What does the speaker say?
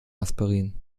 aspirin